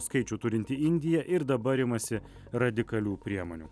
skaičių turinti indija ir dabar imasi radikalių priemonių